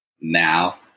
Now